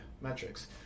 metrics